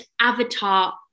avatar